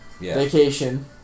vacation